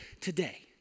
today